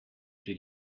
pri